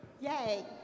Yay